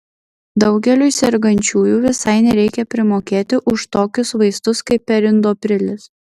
daugeliui sergančiųjų visai nereikia primokėti už tokius vaistus kaip perindoprilis